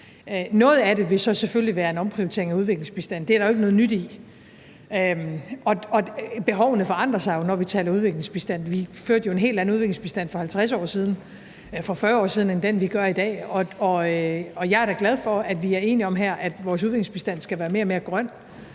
selvfølgelig være en omprioritering af udviklingsbistanden. Det er der jo ikke noget nyt i, og behovene forandrer sig, når vi taler udviklingsbistand. Vi førte jo en helt anden udviklingsbistand for 50 år siden og for 40 år siden end den, vi fører i dag, og jeg er da glad for, at vi er enige om her, at vores udviklingsbistand skal være mere og mere grøn,